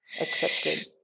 accepted